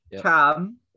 Cam